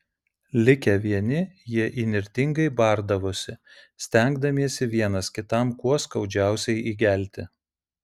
likę vieni jie įnirtingai bardavosi stengdamiesi vienas kitam kuo skaudžiausiai įgelti